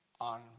on